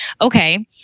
okay